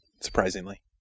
surprisingly